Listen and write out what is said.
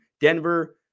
Denver